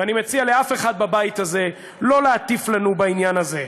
ואני מציע שאף אחד בבית הזה לא יטיף לנו בעניין הזה.